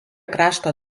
krašto